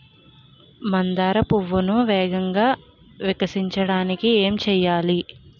మందార పువ్వును వేగంగా వికసించడానికి ఏం చేయాలి?